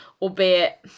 albeit